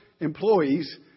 employees